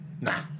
nah